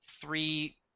three